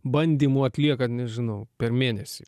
bandymų atliekant nežinau per mėnesi